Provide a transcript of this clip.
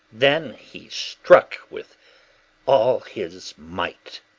then he struck with all his might.